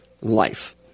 life